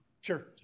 Sure